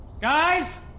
Guys